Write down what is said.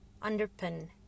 underpin